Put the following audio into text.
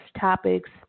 topics